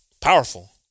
powerful